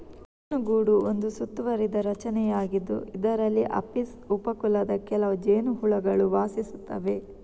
ಜೇನುಗೂಡು ಒಂದು ಸುತ್ತುವರಿದ ರಚನೆಯಾಗಿದ್ದು, ಇದರಲ್ಲಿ ಅಪಿಸ್ ಉಪ ಕುಲದ ಕೆಲವು ಜೇನುಹುಳುಗಳು ವಾಸಿಸುತ್ತವೆ